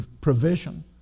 provision